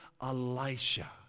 Elisha